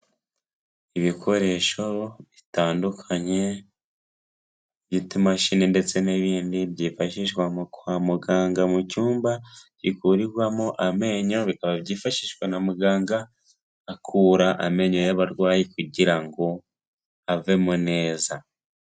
Ibikoresho bitandukanye by'utumashini ndetse n'ibindi byifashishwa mu kwa muganga mu icyumba gikurirwamo amenyoba byifashishwa na muganga akura amenyo y'abarwayi kugira ngo avemo neza.